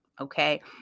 okay